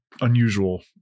unusual